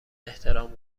احترام